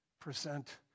present